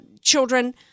children